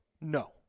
No